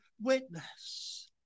witness